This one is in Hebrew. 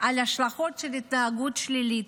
על ההשלכות של התנהגות שלילית: